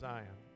Zion